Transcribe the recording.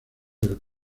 del